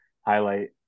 highlight